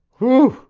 whew!